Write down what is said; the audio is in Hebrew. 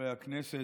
חברי הכנסת,